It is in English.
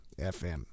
FM